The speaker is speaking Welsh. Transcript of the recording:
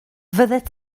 fyddet